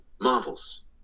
marvels